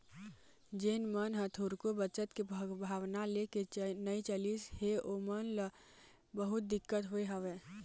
जेन मन ह थोरको बचत के भावना लेके नइ चलिस हे ओमन ल बहुत दिक्कत होय हवय